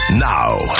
Now